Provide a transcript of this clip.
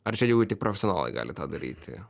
ar čia jau tik profesionalai gali tą daryti